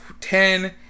Ten